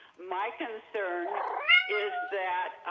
my concern is that